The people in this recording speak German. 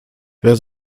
wer